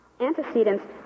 antecedents